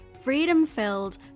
freedom-filled